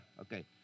Okay